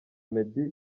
meddy